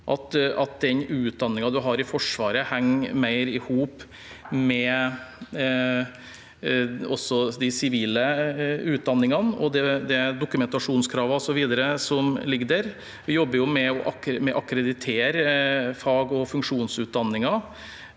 at den utdanningen man har i Forsvaret, henger mer sammen med de sivile utdanningene og de dokumentasjonskravene osv. som ligger der. Vi jobber med å akkreditere fag- og funksjonsutdanningen.